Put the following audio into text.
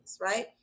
right